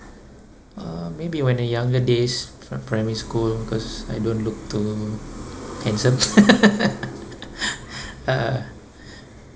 uh maybe when the younger days from primary school because I don't look too handsome uh